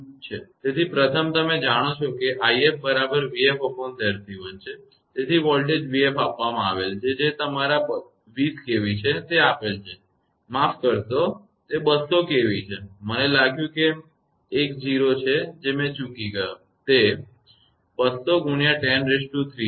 તેથી પ્રથમ તમે જાણો છો કે 𝑖𝑓 બરાબર 𝑣𝑓𝑍𝑐1 છે તેથી વોલ્ટેજ 𝑣𝑓 આપવામાં આવેલ છે જે તમારા 20 kV છે તે આપેલ છે માફ કરશો તે 200 kV છે મને લાગ્યું તે એક 0 છે જે મેં ચુકી ગયો તે 200×103 છે